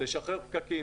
לשחרר פקקים.